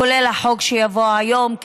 כולל החוק שיבוא היום,